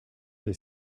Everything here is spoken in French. des